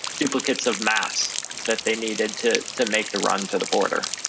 duplicates of maps that they needed to to make the run to the border.